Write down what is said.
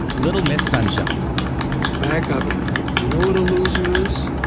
little miss sunshine back up a minute, you know what a loser is?